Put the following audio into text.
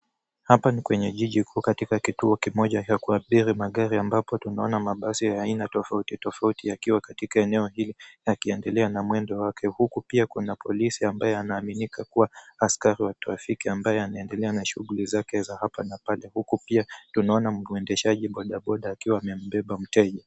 Hapa ni kwenye jiji kuu katika kituo kimoja cha kuabiri magari ambapo tunaona mabasi ya aina tofauti tofauti yakiwa katika eneo hili yakiendelea na mwendo wake, huku pia kuna polisi ambaye anaaminika kuwa askari wa trafiki ambaye anaendelea na shughuli zake za hapa na pale huku pia tunaona mwendeshaji bodaboda akiwa amembeba mteja.